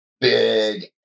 big